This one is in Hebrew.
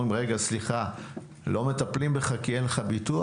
אומרים: לא מטפלים בך כי אין לך ביטוח?